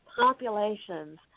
populations